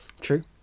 true